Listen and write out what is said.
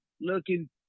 looking